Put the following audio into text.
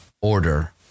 Order